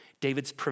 David's